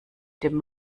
dem